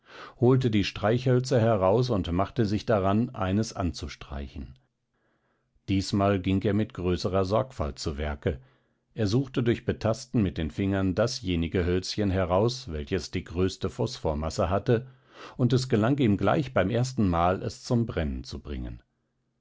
holte die streichhölzer heraus und machte sich daran eines anzustreichen diesmal ging er mit größerer sorgfalt zu werke er suchte durch betasten mit den fingern dasjenige hölzchen heraus welches die größte phosphormasse hatte und es gelang ihm gleich beim erstenmal es zum brennen zu bringen